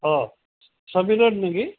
অঁ সমীৰণ নেকি